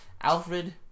Alfred